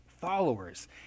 followers